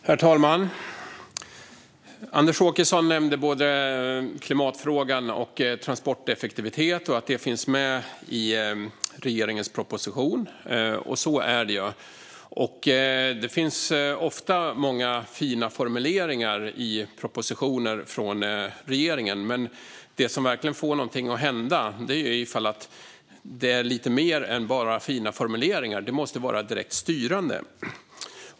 Herr talman! Anders Åkesson nämnde både klimatfrågan och transporteffektiviteten och att det finns med i regeringens proposition, och så är det ju. Det finns ofta många fina formuleringar i propositioner från regeringen, men det som verkligen får något att hända är om det är lite mer än bara fina formuleringar. Det måste vara direkt styrande.